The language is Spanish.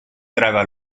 traga